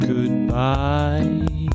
Goodbye